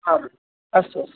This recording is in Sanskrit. हौदु अस्तु अस्तु